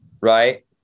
right